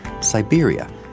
Siberia